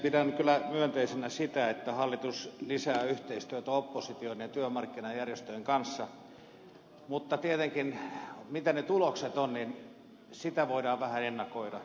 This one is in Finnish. pidän kyllä myönteisenä sitä että hallitus lisää yhteistyötä opposition ja työmarkkinajärjestöjen kanssa mutta tietenkin mitä ne tulokset ovat sitä voidaan vähän ennakoida